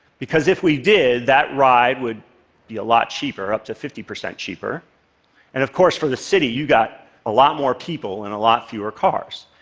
because if we did, that ride would be a lot cheaper up to fifty percent cheaper and of course for the city you've got a lot more people and a lot fewer cars.